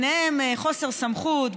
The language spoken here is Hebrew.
חוסר סמכות,